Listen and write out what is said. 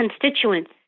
constituents